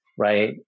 Right